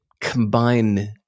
combine